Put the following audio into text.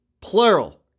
plural